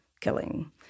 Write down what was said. killing